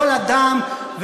וכל אדם,